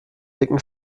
dicken